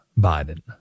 Biden